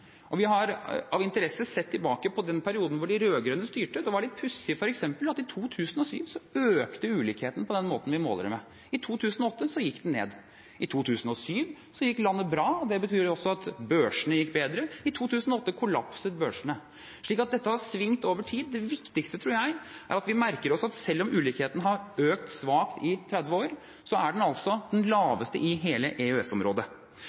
årene. Vi har av interesse sett tilbake på den perioden da de rød-grønne styrte. Det som var litt pussig, var at i 2007 økte ulikhetene, på den måten vi måler dem, mens i 2008 gikk de ned. I 2007 gikk landet bra. Det betyr også at børsene gikk bedre. I 2008 kollapset børsene. Så dette har svingt over tid. Det viktigste, tror jeg, er at vi merker oss at selv om ulikhetene har økt svakt i 30 år, er de altså de laveste i hele EØS-området. Så